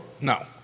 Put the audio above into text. No